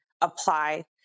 apply